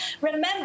Remember